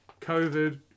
COVID